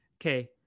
Okay